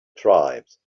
tribes